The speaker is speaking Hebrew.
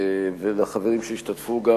והוא ממציעי הצעת החוק.